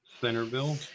centerville